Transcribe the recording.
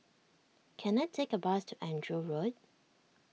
can I take a bus to Andrew Road